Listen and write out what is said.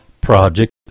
project